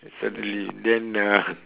suddenly then ah